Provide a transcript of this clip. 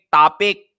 topic